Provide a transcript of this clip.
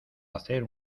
hacer